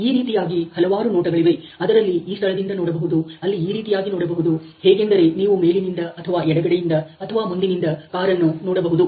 ಈ ರೀತಿಯಾಗಿ ಹಲವಾರು ನೋಟಗಳಿವೆ ಅದರಲ್ಲಿ ಈ ಸ್ಥಳದಿಂದ ನೋಡಬಹುದು ಅಲ್ಲಿ ಈ ರೀತಿಯಾಗಿ ನೋಡಬಹುದು ಹೇಗೆಂದರೆ ನೀವು ಮೇಲಿನಿಂದ ಅಥವಾ ಎಡಗಡೆಯಿಂದ ಅಥವಾ ಮುಂದಿನಿಂದ ಕಾರ ಅನ್ನು ನೋಡಬಹುದು